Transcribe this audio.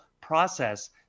process